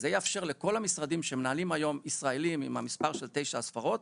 זה יאפשר לכל המשרדים שמנהלים היום ישראלים עם המספר של תשע הספרות,